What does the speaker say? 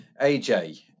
AJ